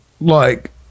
like-